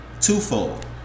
Twofold